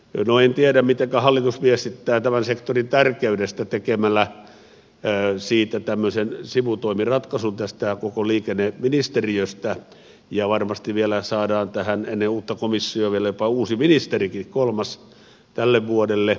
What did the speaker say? no en tiedä mitenkä hallitus viestittää tämän sektorin tärkeydestä tekemällä tämmöisen sivutoimiratkaisun tästä koko liikenneministeriöstä ja varmasti vielä saadaan tähän ennen uutta komissiota vielä jopa uusi ministerikin kolmas tälle vuodelle